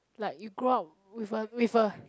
like you go out with a with a